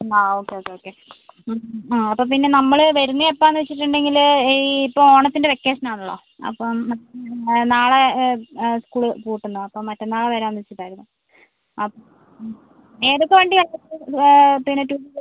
ആ okay okay okay ആ അപ്പം പിന്നെ നമ്മൾ വരുന്നത് എപ്പോൾ എന്ന് വെച്ചിട്ടുണ്ടെങ്കിൽ ഈ ഇപ്പം ഓണത്തിൻ്റെ വെക്കേഷൻ ആണല്ലോ അപ്പം നാളെ സ്കൂൾ പൂട്ടുന്നു അപ്പം മറ്റന്നാൾ വരാമെന്ന് വെച്ചിട്ടായിരുന്നു അപ്പം ഏതൊക്ക വണ്ടിയാണ് പിന്നെ ടൂ വീലർ